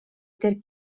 der